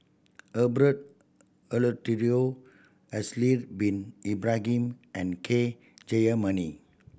Herbert Eleuterio Haslir Bin Ibrahim and K Jayamani